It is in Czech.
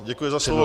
Děkuji za slovo.